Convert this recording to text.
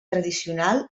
tradicional